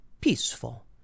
peaceful